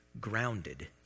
grounded